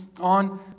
on